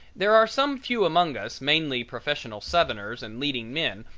there are some few among us, mainly professional southerners and leading men,